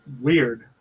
weird